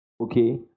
okay